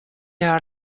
are